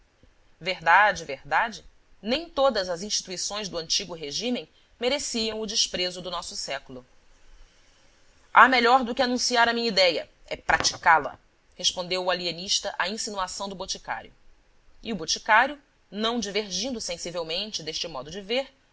verdade verdade nem todas as instituições do antigo regímen mereciam o desprezo do nosso século há melhor do que anunciar a minha idéia é praticá la respondeu o